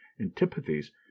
antipathies